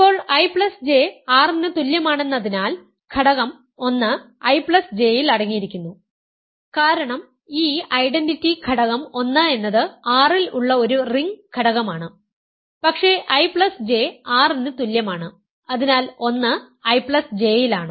ഇപ്പോൾ IJ R ന് തുല്യമാണെന്നതിനാൽ ഘടകം 1 IJ ൽ അടങ്ങിയിരിക്കുന്നു കാരണം ഈ ഐഡന്റിറ്റി ഘടകം 1 എന്നത് R ൽ ഉള്ള ഒരു റിംഗ് ഘടകമാണ് പക്ഷേ IJ R ന് തുല്യമാണ് അതിനാൽ 1 IJ ലാണ്